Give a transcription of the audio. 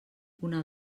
una